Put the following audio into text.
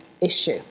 issue